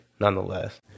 nonetheless